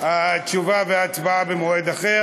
התשובה וההצבעה במועד אחר.